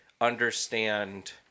understand